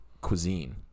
cuisine